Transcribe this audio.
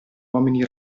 uomini